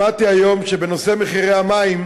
שמעתי היום שבנושא מחירי המים,